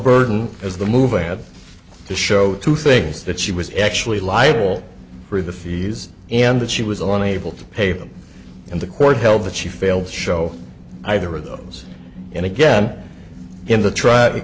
burden as the movie had to show two things that she was actually liable for the fees and that she was on able to pay them and the court held that she fails to show either of those and again in the tr